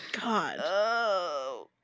God